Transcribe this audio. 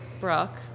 Brooke